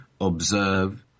observe